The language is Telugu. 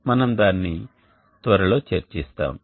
మనం దానిని త్వరలో చర్చిస్తాము